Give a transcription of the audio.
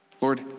Lord